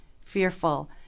fearful